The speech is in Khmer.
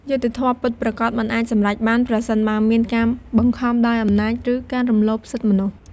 យុត្តិធម៌ពិតប្រាកដមិនអាចសម្រេចបាន ប្រសិនបើមានការបង្ខំដោយអំណាចឬការរំលោភសិទ្ធិមនុស្ស។